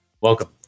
Welcome